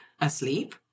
asleep